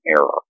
error